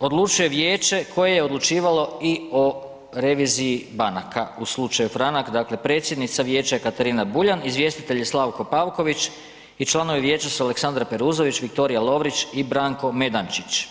odlučuje vijeće koje je odlučivalo i o reviziji banaka u slučaju Franak, dakle predsjednica vijeća je Katarina Buljan, izvjestitelj je Slavko Pavković i članovi vijeća su Aleksandra Peruzović, Viktorija Lovrić i Branko Medančić.